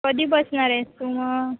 कधी बसणार आहेस तू मग